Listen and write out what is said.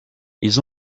ils